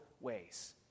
ways